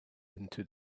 into